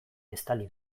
estali